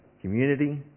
community